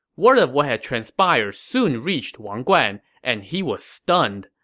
word of what had transpired soon reached wang guan, and he was stunned.